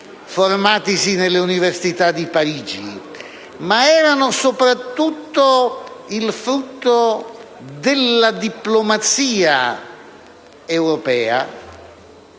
formatisi nelle università di Parigi», ma erano soprattutto il frutto della diplomazia europea,